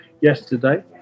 yesterday